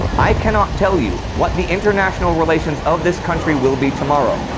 i cannot tell you what the international relations of this country will be tomorrow.